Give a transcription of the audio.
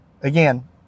again